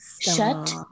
Shut